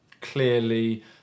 clearly